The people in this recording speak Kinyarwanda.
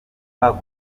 ububiko